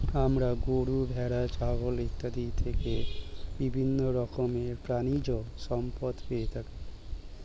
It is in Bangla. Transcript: আমরা গরু, ভেড়া, ছাগল ইত্যাদি থেকে বিভিন্ন রকমের প্রাণীজ সম্পদ পেয়ে থাকি